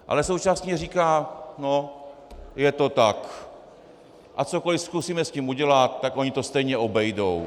Ale současně říká, no, je to tak, a cokoli zkusíme s tím udělat, tak oni to stejně obejdou.